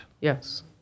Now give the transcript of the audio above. Yes